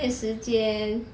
浪费时间